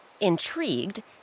Intrigued